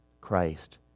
Christ